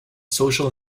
social